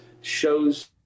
shows